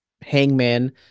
Hangman